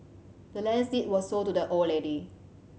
the land's deed was sold to the old lady